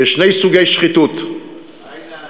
כי יש שני סוגי שחיתות, בעין האחת.